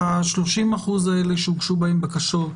ה-30% האלה שהוגשו בהם בקשות,